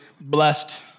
blessed